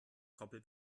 koppel